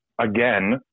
again